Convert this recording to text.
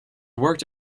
worked